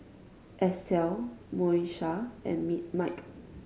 Estell Moesha and me Mike